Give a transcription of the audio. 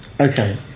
Okay